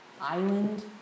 Island